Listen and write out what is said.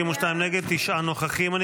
62 נגד, תשעה נוכחים.